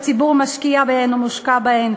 שהציבור משקיע בהן או מושקע בהן.